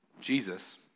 Jesus